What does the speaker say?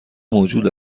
موجود